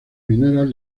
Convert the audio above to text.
mineras